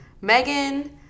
Megan